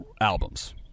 albums